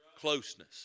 closeness